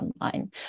online